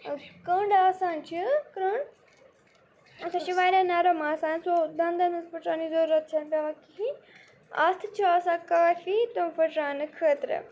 کٔنٛڈ آسان چھِ کرٛنٛڈ اَتھ حظ چھِ واریاہ نَرم آسان سُہ دَنٛدَن ہٕنٛز پھُٹراونٕچ ضروٗرت چھَنہٕ پٮ۪وان کِہیٖنٛۍ اَتھٕ چھُ آسان کافی تِم پھُٹراونہٕ خٲطرٕ